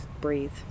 Breathe